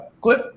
Clip